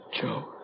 Joe